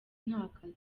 ntakazi